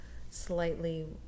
slightly